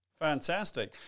Fantastic